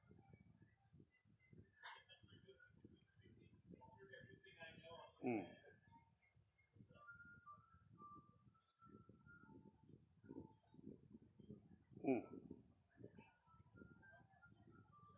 mm mm